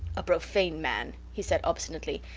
a profane man, he said, obstinately.